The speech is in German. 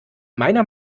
meiner